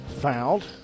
fouled